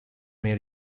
may